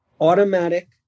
automatic